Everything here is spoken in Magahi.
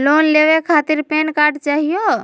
लोन लेवे खातीर पेन कार्ड चाहियो?